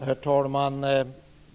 Herr talman!